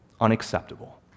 Unacceptable